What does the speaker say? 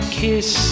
kiss